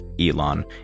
Elon